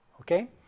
Okay